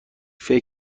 فکر